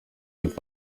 hip